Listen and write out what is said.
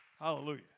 Hallelujah